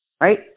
right